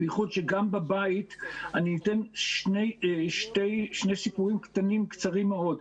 אני אתן שני סיפורים קצרים מאוד.